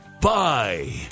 Bye